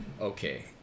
Okay